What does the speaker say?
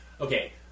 okay